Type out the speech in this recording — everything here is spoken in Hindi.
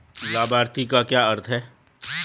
लाभार्थी का क्या अर्थ है?